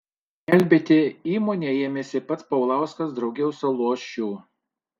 gelbėti įmonę ėmėsi pats paulauskas drauge su lošiu